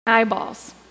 eyeballs